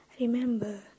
Remember